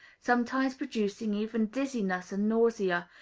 sometimes producing even dizziness and nausea,